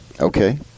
Okay